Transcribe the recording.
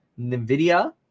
NVIDIA